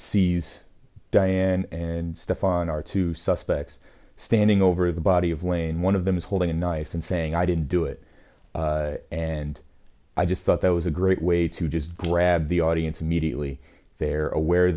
sees diane and stefan are two suspects standing over the body of lane one of them is holding a knife and saying i didn't do it and i just thought that was a great way to just grab the audience immediately they're aware